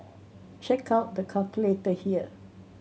check out the calculator here